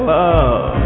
love